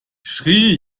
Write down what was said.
sri